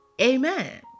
amen